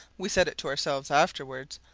we said it to ourselves afterwards,